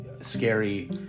scary